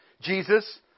Jesus